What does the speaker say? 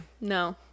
no